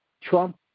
Trump